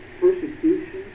persecution